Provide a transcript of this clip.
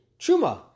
truma